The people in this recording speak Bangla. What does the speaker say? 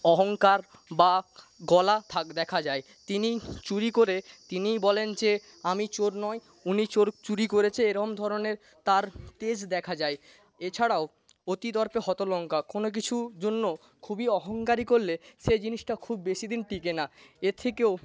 অহংকার বা গলা দেখা যায় তিনি চুরি করে তিনিই বলেন যে আমি চোর নই উনি চোর চুরি করেছেন এরম ধরনের তার তেজ দেখা যায় এছাড়াও অতি দর্পে হত লঙ্কা কোনো কিছুর জন্য খুব অহংকারী করলে সেই জিনিসটা খুব বেশি দিন টেকে না এ থেকেও